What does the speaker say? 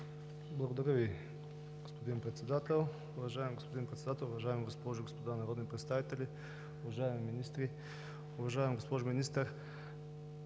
Благодаря Ви, господин Председател. Уважаеми господин Председател, уважаеми госпожи и господа народни представители, уважаеми министри! Уважаема госпожо Министър,